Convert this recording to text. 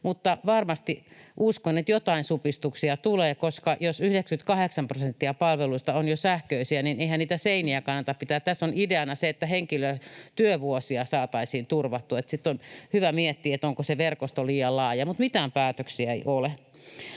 mutta varmasti uskon, että joitain supistuksia tulee, koska jos 98 prosenttia palveluista on jo sähköisiä, niin eihän niitä seiniä kannata pitää. Tässä on ideana se, että henkilötyövuosia saataisiin turvattua, ja on hyvä miettiä, että onko se verkosto liian laaja — mutta mitään päätöksiä ei ole.